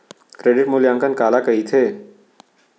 Credit मूल्यांकन काला कहिथे?